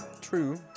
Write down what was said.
True